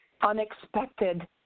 unexpected